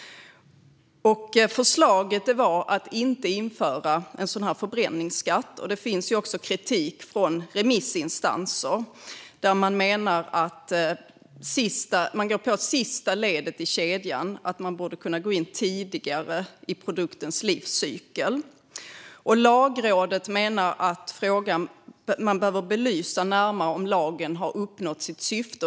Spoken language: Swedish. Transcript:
Förslaget var att inte införa en sådan här förbränningsskatt. Det finns också kritik från remissinstanser, som menar att man går på sista ledet i kedjan och att man borde kunna gå in tidigare i produktens livscykel. Lagrådet menar att det kommer att behöva belysas närmare om lagen har uppnått sitt syfte.